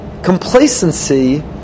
complacency